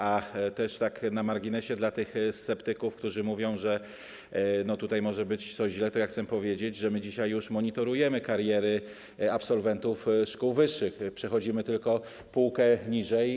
A też tak na marginesie dla tych sceptyków, którzy mówią, że tutaj może być coś źle, to chcę powiedzieć, że my dzisiaj już monitorujemy kariery absolwentów szkół wyższych, przechodzimy tylko półkę niżej.